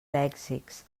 lèxics